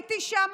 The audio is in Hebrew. ראיתי שם,